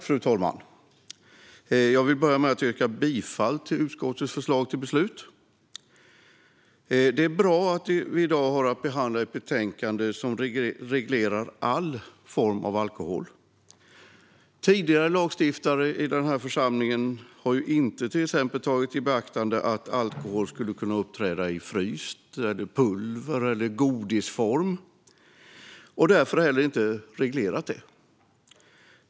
Fru talman! Jag vill börja med att yrka bifall till utskottets förslag till beslut. Det är bra att vi i dag har att behandla ett betänkande som reglerar all form av alkohol. Tidigare lagstiftare i denna församling har inte tagit i beaktande att alkohol skulle kunna uppträda i till exempel fryst form, i pulverform eller godisform, och de har därför heller inte reglerat det.